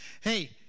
Hey